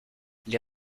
les